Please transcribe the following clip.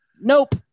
nope